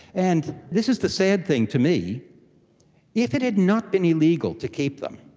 and this is the sad thing to me if it had not been illegal to keep them,